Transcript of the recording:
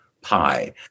pie